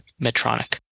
Medtronic